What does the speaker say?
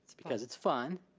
because it's fun,